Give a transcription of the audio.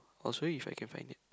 I'll show u if I can find it